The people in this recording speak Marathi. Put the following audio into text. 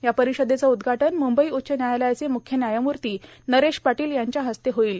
या र्पारषदेचं उद्घाटन मुंबई उच्च न्यायालयाचे मुख्य न्यायमूर्ता नरेश पाटाल यांच्या हस्ते होईल